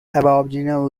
aboriginal